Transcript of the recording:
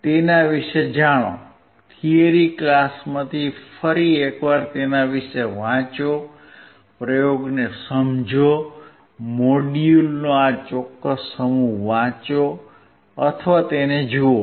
તેના વિશે જાણો થિયરી ક્લાસમાંથી ફરી એકવાર તેના વિશે વાંચો પ્રયોગને સમજો મોડ્યુલનો આ ચોક્કસ સમૂહ વાંચો અથવા તેને જુઓ